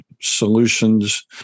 solutions